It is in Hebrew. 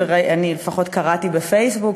ואני לפחות קראתי בפייסבוק,